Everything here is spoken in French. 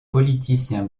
politicien